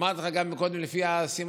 אמרתי לך גם קודם: לפי הסימנים,